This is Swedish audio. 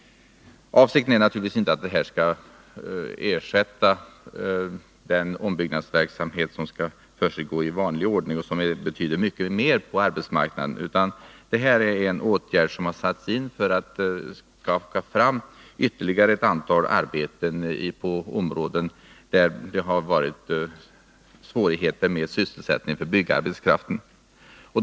Avsikten är naturligtvis inte att detta skall ersätta den ombyggnadsverksamhet som skall bedrivas i vanlig ordning och som betyder mycket mer på arbetsmarknaden. Åtgärden har satts in för att skapa ytterligare ett antal arbetstillfällen inom områden där det har varit svårt för byggarbetskraften att få sysselsättning.